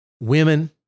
women